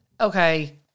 Okay